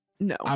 No